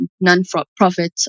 non-profit